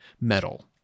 metal